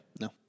No